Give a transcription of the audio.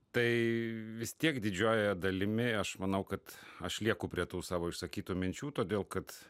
tai vis tiek didžiąja dalimi aš manau kad aš lieku prie tų savo išsakytų minčių todėl kad